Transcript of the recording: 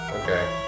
Okay